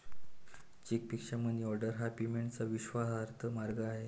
चेकपेक्षा मनीऑर्डर हा पेमेंटचा विश्वासार्ह मार्ग आहे